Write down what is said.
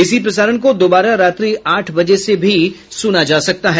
इसी प्रसारण को दोबारा रात्रि आठ बजे से भी सुना जा सकता है